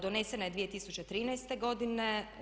Donesena je 2013. godine.